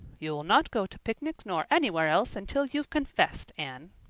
you'll not go to picnics nor anywhere else until you've confessed, anne.